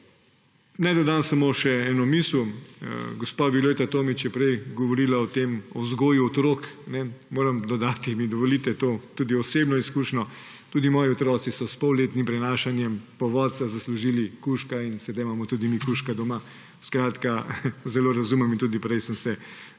Naj dodam samo še eno misel. Gospa Violeta Tomić je prej govorila o vzgoji otrok. Moram dodati in dovolite mi tudi to osebno izkušnjo. Tudi moji otroci so s polletnim prenašanjem povodca zaslužili kužka in sedaj imamo tudi mi kužka doma. Zelo razumem in tudi prej sem se počutil